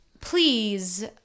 Please